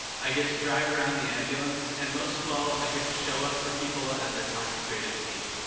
i get to drive around the ambulance, and most of all, i get to show up for people at their time of greatest need.